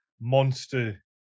monster